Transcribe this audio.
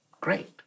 Great